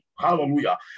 hallelujah